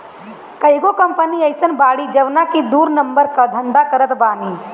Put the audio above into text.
कईगो कंपनी अइसन बाड़ी जवन की दू नंबर कअ धंधा करत बानी